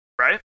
right